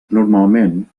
normalment